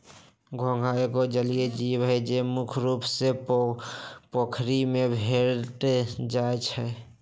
घोंघा एगो जलिये जीव हइ, जे मुख्य रुप से पोखरि में भेंट जाइ छै